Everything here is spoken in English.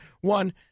One